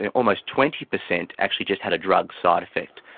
and almost twenty percent actually just had a drug side effect.